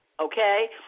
okay